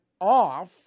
off